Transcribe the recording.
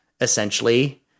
essentially